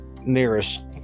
nearest